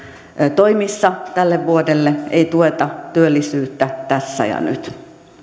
toimissa tälle vuodelle ei tueta työllisyyttä tässä ja nyt